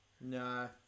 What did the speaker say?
No